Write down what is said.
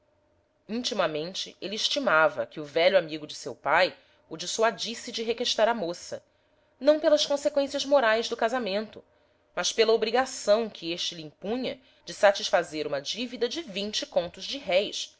intimamente ele estimava que o velho amigo de seu pai o dissuadisse de requestar a moça não pelas conseqüências morais do casamento mas pela obrigação que este lhe impunha de satisfazer uma dívida de vinte contos de réis